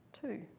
two